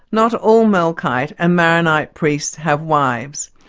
not all melkite and maronite priests have wives,